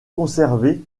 conservées